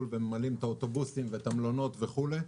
וממלאים את האוטובוסים ואת המלונות וכולי,